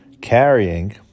carrying